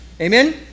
Amen